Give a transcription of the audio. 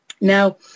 Now